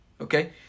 Okay